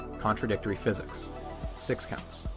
contradictory physics six counts.